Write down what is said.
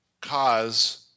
cause